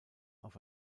auf